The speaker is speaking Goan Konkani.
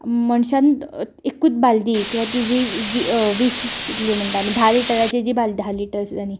मनशान एकूत बालदी किंवा ती जी वीस कितली म्हणटा आमी धा लिटराची जी बालदी आसता धा लीटर सुद्दां न्ही